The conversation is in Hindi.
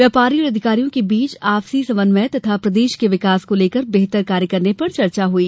व्यापारी और अधिकारियों के बीच आपसी समन्वय तथा प्रदेश के विकास को लेकर बेहतर कार्य करने पर चर्चा हुई